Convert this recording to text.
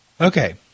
Okay